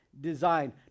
Design